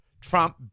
Trump